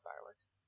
fireworks